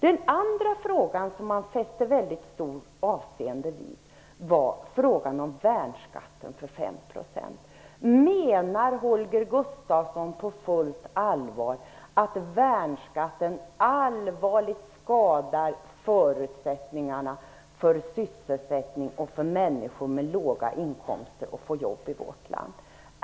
Den andra fråga som han fäste väldigt stort avseende vid var frågan om värnskatten för 5 %. Menar Holger Gustafsson på fullt allvar att värnskatten allvarligt skadar förutsättningarna för sysselsättning och för människor med låga inkomster att få jobb i vårt land?